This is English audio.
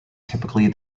typically